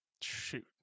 Shoot